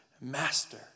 Master